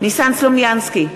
ניסן סלומינסקי,